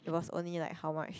it was only like how much